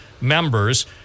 members